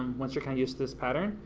once you're kind of used to this pattern,